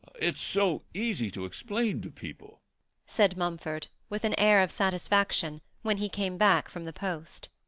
it's so easy to explain to people said mumford, with an air of satisfaction, when he came back from the post,